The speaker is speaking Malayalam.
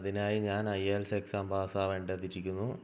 അതിനായി ഞാന് ഐ എല് എസ് എക്സാം പാസാകേണ്ടതിരിക്കുന്നു